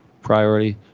priority